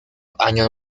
años